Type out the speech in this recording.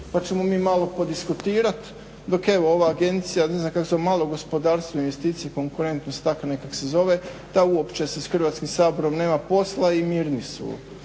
pa ćemo mi malo podiskutirat dok evo ova Agencija ne znam kako se zove malo gospodarstvo, investicije i konkurentnost tako nekako se zove, da uopće sa Hrvatskim saborom nema posla i mirni su.